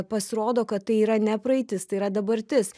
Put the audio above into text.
pasirodo kad tai yra ne praeitis tai yra dabartis